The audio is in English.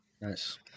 Nice